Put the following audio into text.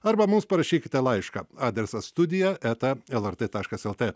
arba mums parašykite laišką adresas studija eta lrt taškas lt